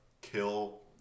kill